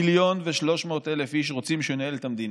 מיליון איש רוצים שהוא ינהל את המדינה.